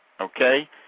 okay